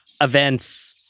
events